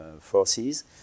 forces